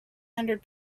hundred